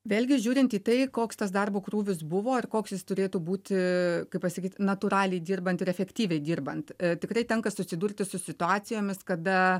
vėlgi žiūrint į tai koks tas darbo krūvis buvo ir koks jis turėtų būti kaip pasakyt natūraliai dirbant ir efektyviai dirbant tikrai tenka susidurti su situacijomis kada